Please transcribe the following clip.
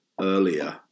earlier